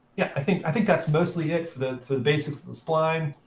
yeah, i think i think that's mostly it for the basics of the spline.